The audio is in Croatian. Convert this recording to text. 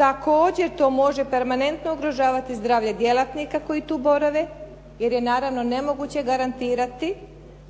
Također, to može permanentno ugrožavati zdravlje djelatnika koji tu borave jer je naravno nemoguće garantirati